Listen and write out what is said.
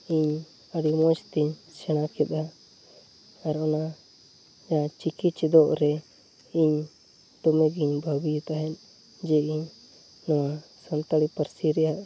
ᱤᱧ ᱟᱹᱰᱤ ᱢᱚᱡᱽᱛᱮᱧ ᱥᱮᱬᱟᱠᱮᱫᱟ ᱟᱨ ᱚᱱᱟ ᱪᱤᱠᱤ ᱪᱮᱫᱚᱜ ᱨᱮ ᱤᱧ ᱫᱚᱢᱮᱜᱮᱧ ᱵᱷᱟᱹᱵᱤᱭᱮᱫ ᱛᱟᱦᱮᱸᱫ ᱡᱮ ᱤᱧ ᱱᱚᱣᱟ ᱥᱟᱱᱛᱟᱲᱤ ᱯᱟᱹᱨᱥᱤ ᱨᱮᱭᱟᱜ